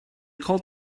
called